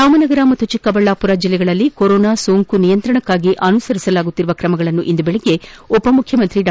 ರಾಮನಗರ ಮತ್ತು ಚಿಕ್ಕಬಳ್ಳಾಪುರ ಚಿಲ್ಲೆಗಳಲ್ಲಿ ಕೊರೊನಾ ಸೋಂಕು ನಿಯಂತ್ರಣಕ್ಕಾಗಿ ಅನುಸರಿಸಲಾಗುತ್ತಿರುವ ಕ್ರಮಗಳನ್ನು ಇಂದು ಚೆಳಗ್ಗೆ ಉಪಮುಖ್ಯಮಂತ್ರಿ ಡಾ